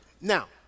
Now